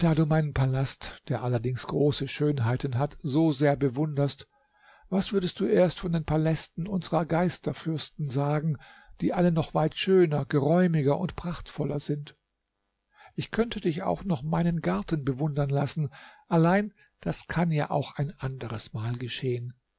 du meinen palast der allerdings große schönheiten hat so sehr bewunderst was würdest du erst von den palästen unserer geisterfürsten sagen die alle noch weit schöner geräumiger und prachtvoller sind ich könnte dich auch noch meinen garten bewundern lassen allein das kann ja auch ein anderes mal geschehen